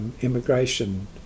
immigration